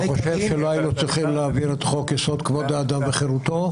אתה חושב שלא היינו צריכים להעביר את חוק-יסוד: כבוד האדם וחירותו?